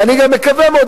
ואני גם מקווה מאוד,